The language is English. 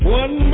one